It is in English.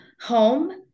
home